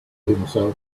himself